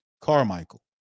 Carmichael